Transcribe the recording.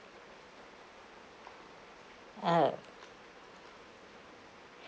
ah